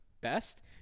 best